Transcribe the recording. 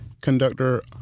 conductor